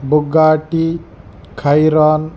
Bugatti కైరాన్